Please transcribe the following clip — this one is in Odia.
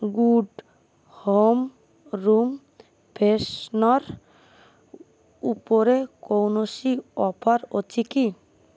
ଗୁଡ଼୍ ହୋମ୍ ରୁମ୍ ଫ୍ରେଶନର୍ ଉପରେ କୌଣସି ଅଫର୍ ଅଛି କି